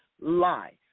life